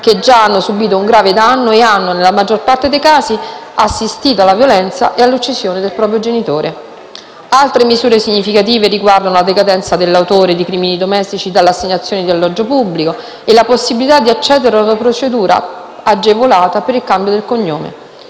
Questa norma, che può sembrare banale, ma che in realtà in molti casi consente agli orfani di femminicidio di poter chiudere una pagina veramente dolorosa - se veramente si possa mai dire che possa essere chiusa - e ricostituirsi anche una vita con nuova dignità, con una nuova identità anche attraverso il cambio del cognome.